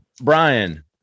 Brian